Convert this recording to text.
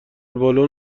بالن